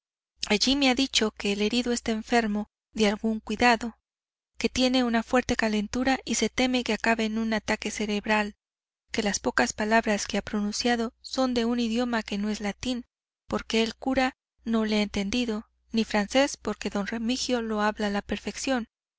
allí me han dicho que el herido está enfermo de algún cuidado que tiene una fuerte calentura y se teme que acabe en un ataque cerebral que las pocas palabras que ha pronunciado son de un idioma que no es latín porque el cura no le ha entendido ni francés porque don remigio lo habla a la perfección